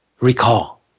recall